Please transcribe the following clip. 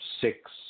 six